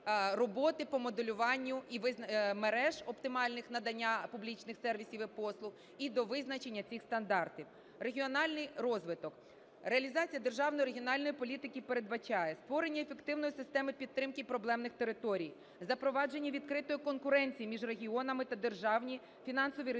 роботи по моделюванню мереж оптимальних надання публічних сервісів і послуг і до визначення цих стандартів. Регіональний розвиток. Реалізація державної регіональної політики передбачає створення ефективної системи підтримки проблемним територій; запровадження відкритої конкуренції між регіонами та державні фінансові ресурси